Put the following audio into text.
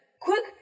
Quick